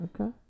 okay